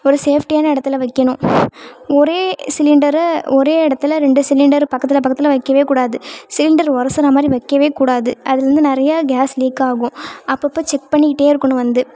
ஒரு சேஃப்டியான இடத்துல வைக்கணும் ஒரே சிலிண்டரை ஒரே இடத்துல ரெண்டு சிலிண்டர் பக்கத்தில் பக்கத்தில் வைக்கவே கூடாது சிலிண்டர் ஒரசுரா மாதிரி வைக்கவே கூடாது அதுலேருந்து நிறைய கேஸ் லீக் ஆகும் அப்போப்ப செக் பண்ணிக்கிட்டே இருக்கணும் வந்து